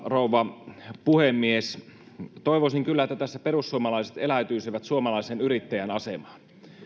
rouva puhemies toivoisin kyllä että perussuomalaiset eläytyisivät tässä suomalaisen yrittäjän asemaan